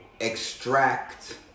extract